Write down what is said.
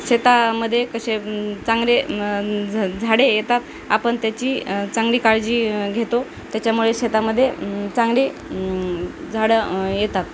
शेतामध्ये कसे चांगले झ झाडे येतात आपण त्याची चांगली काळजी घेतो त्याच्यामुळे शेतामध्ये चांगली झाडं येतात